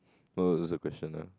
what was the question uh